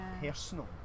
personal